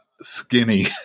skinny